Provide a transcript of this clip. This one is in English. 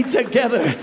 together